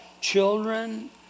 children